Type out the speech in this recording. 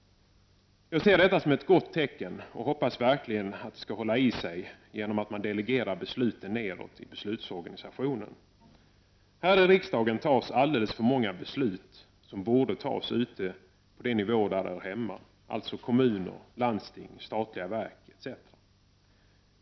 Jag ser detta som ett gott tecken och hoppas verkligen att trenden skall hålla i sig genom att man delegerar besluten neråt i beslutsorganisationen. Här i riksdagen fattas alldeles för många beslut som borde fattas på de nivåer där de hör hemma, alltså inom kommuner, landsting, statliga verk etc.